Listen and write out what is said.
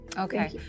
okay